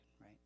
right